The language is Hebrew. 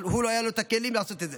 אבל לא היו לו את הכלים לעשות את זה.